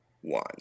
one